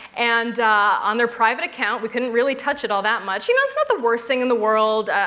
and on their private account. we couldn't really touch it all that much. you know it's not the worst thing in the world.